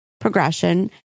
progression